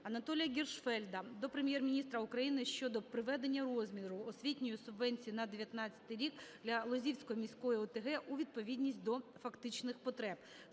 Анатолія Гіршфельда до Прем'єр-міністра України щодо приведення розміру освітньої субвенції на 19-й рік для Лозівської міської ОТГ у відповідність до фактичних потреб.